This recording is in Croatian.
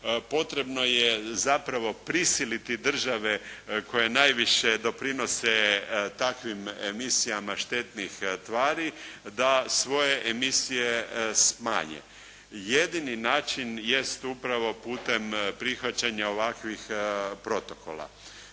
potrebno je zapravo prisiliti države koje najviše doprinose takvim emisijama štetnih tvari da svoje emisije smanje. Jedini način jest upravo putem prihvaćanja ovakvih protokola.